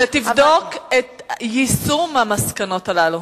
שתבדוק את יישום המסקנות הללו.